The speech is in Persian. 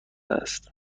است